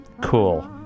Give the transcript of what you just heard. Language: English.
cool